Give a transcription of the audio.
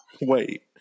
wait